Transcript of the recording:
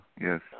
yes